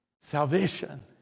Salvation